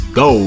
go